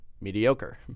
mediocre